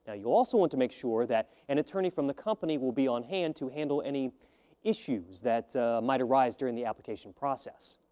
ah you also want to make sure that an attorney from the company will be on hand to handle any issues that might arise during the application process.